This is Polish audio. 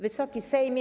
Wysoki Sejmie!